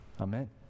Amen